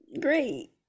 Great